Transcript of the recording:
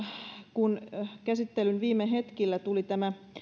kun käsittelyn viime hetkillä tuli tämä